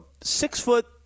six-foot